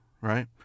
right